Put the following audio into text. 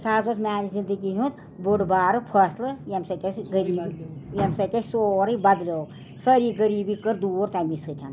سُہ حظ اوس میانہِ زندگی ہُنٛد بوٚڑ بار فٲصلہٕ یمہٕ سۭتۍ اَسہِ غٔریٖبی ییٚمہِ سۭتۍ اَسہِ سورٕے بدلیو سٲری غریٖبی کٔر دوٗر تمی سۭتۍ